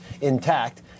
intact